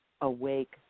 awake